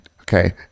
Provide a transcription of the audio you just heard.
Okay